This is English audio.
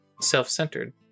self-centered